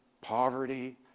poverty